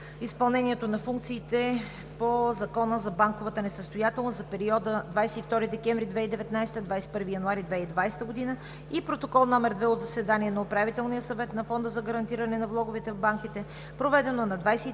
изпълнението на функциите по Закона за банковата несъстоятелност за периода 22 декември 2019 г. – 21 януари 2020 г. и Протокол № 2 от заседание на Управителния съвет на Фонда за гарантиране на влоговете в банките, проведено на 23 януари 2020 г., на